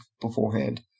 beforehand